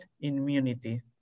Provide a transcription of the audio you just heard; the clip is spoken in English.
immunity